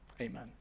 amen